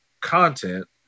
content